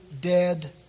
dead